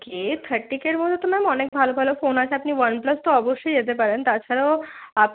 কে thirty কের মধ্যে তো ম্যাম অনেক ভালো ভালো ফোন আছে আপনি ওয়ান প্লাস তো অবশ্যই যেতে পারেন তাছাড়াও আপনি